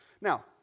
Now